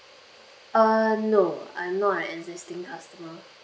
uh no I'm not an existing customer